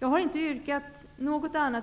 Herr talman!